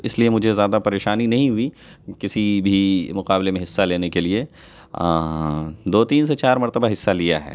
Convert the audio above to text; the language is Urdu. اس لیے مجھے زیادہ پریشانی نہیں ہوئی کسی بھی مقابلے میں حصہ لینے کے لیے دو تین سے چار مرتبہ حصہ لیا ہے